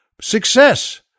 Success